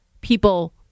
people